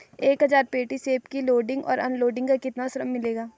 एक हज़ार पेटी सेब की लोडिंग और अनलोडिंग का कितना श्रम मिलेगा?